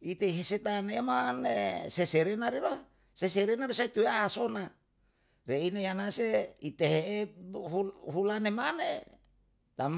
ite hi seta ana yama ne sesere nare ro. Sesere na dosai tue a sona, re ine yana se ite he'e hula ne mane tam